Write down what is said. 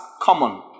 common